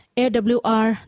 awr